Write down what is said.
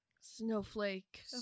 Snowflake